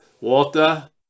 walter